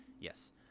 Yes